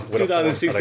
2016